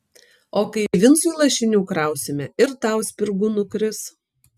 o kai vincui lašinių krausime ir tau spirgų nukris